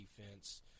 defense